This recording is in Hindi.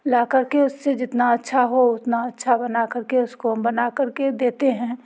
ला कर के उसे जितना अच्छा हो उतना अच्छा बना कर के उसको बना कर के देते हैं